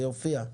זה יופיע.